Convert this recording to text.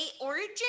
origin